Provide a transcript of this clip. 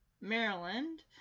Maryland